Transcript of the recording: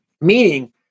Meaning